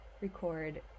record